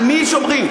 על מי שומרים?